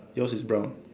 yours is brown